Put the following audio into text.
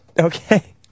okay